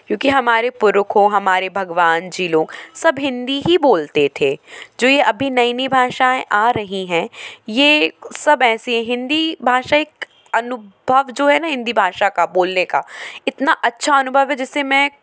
क्योंकि हमारे पुरखों हमारे भगवान जी लोग सब हिन्दी ही बोलते थे जो यह अभी नई नई भाषाएं आ रही हैं ये सब ऐसे ही हिन्दी भाषा एक अनुभव जो हैं न हिन्दी भाषा का बोलने का इतना अच्छा अनुभव है जिससे मैं